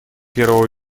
первого